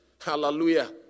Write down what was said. Hallelujah